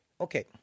Okay